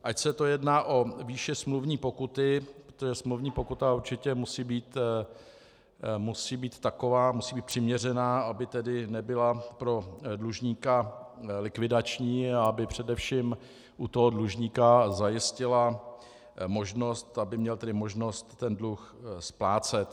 Ať se jedná o výši smluvní pokuty, protože smluvní pokuta určitě musí být taková, musí být přiměřená, aby nebyla pro dlužníka likvidační a aby především u toho dlužníka zajistila možnost, aby měl tedy možnost ten dluh splácet.